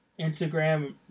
Instagram